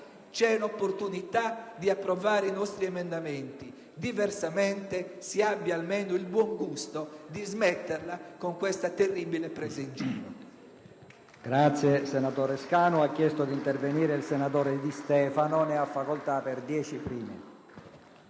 c'è l'opportunità di approvare i nostri emendamenti. Diversamente, si abbia almeno il buon gusto di smetterla con questa terribile presa in giro.